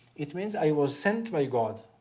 it means i was sent by god.